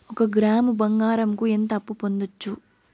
ఒక గ్రాము బంగారంకు ఎంత అప్పు పొందొచ్చు